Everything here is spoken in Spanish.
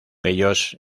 ellos